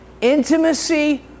intimacy